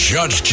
Judge